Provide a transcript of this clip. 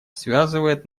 связывает